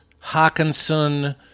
Hawkinson